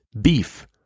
beef